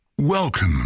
welcome